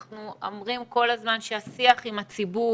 אנחנו אומרים כל הזמן שהשיח עם הציבור,